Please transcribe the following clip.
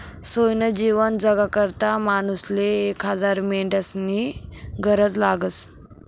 सोयनं जीवन जगाकरता मानूसले एक हजार मेंढ्यास्नी गरज लागस